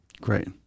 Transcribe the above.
great